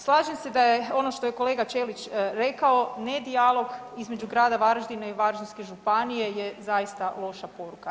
Slažem se da je, ono što je kolega Ćelić rekao ne dijalog između grada Varaždina i Varždinske županije je zaista loša poruka.